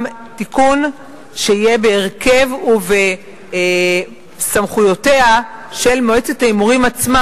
תיקון בהרכבה ובסמכויותיה של מועצת ההימורים עצמה,